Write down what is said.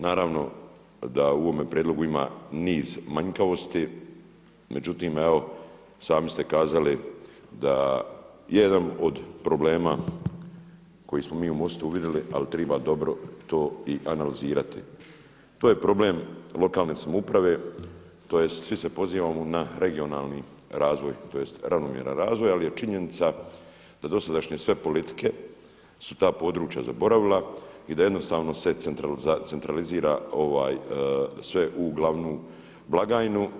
Naravno da u ovome prijedlogu ima niz manjkavosti, međutim evo sami ste kazali da jedan od problema koji smo mi u MOST-u uvidjeli ali treba dobro to i analizirati, to je problem lokalne samouprave tj. svi se pozivamo na regionalni razvoj tj. ravnomjeran razvoj ali je činjenica da dosadašnje sve politike su ta područja zaboravila i da jednostavno se centralizira sve u glavnu blagajnu.